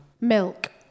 Milk